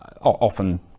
often